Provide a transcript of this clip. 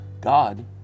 God